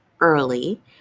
early